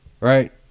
Right